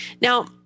Now